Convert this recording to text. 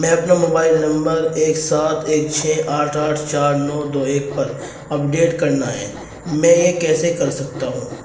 میں اپنا mobile number ایک سات ایک چھ آٹھ آٹھ چار نو دو ایک پر اپڈیٹ کرنا ہیں میں یہ کیسے کر سکتا ہوں